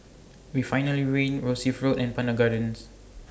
Refinery Win Rosyth Road and Pandan Gardens